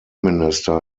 minister